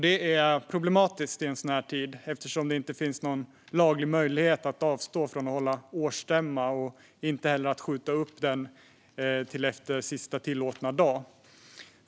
Det är problematiskt i en sådan här tid, eftersom det inte finns någon laglig möjlighet att avstå från att hålla årsstämma och inte heller att skjuta upp den till efter sista tillåtna dag.